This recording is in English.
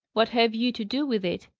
what have you to do with it?